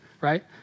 right